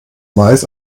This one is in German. weiß